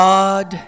God